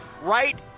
right